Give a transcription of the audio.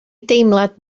deimlad